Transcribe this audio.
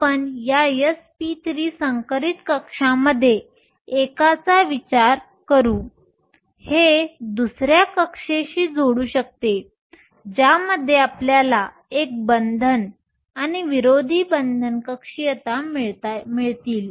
आपण या sp3 संकरित कक्षांपैकी एकाचा विचार करू हे दुसऱ्या कक्षेशी जोडू शकते ज्यामुळे आपल्याला एक बंधन आणि विरोधी बंधन कक्षीयता मिळतील